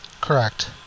Correct